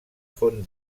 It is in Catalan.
font